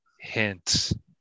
hint